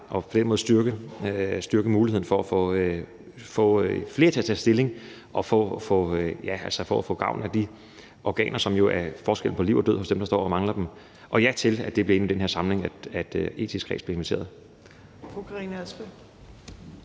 og på den måde styrke muligheden for at få flere til at tage stilling og få gavn af de organer, som jo er forskellen på liv og død for dem, der mangler dem. Og ja til, at det bliver i den her samling, at den etiske kreds bliver inviteret.